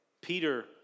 Peter